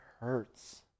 hurts